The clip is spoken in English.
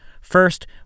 First